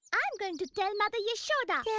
i'm going to tell mother yashoda! yeah